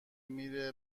میره